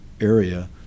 area